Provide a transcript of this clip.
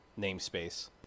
namespace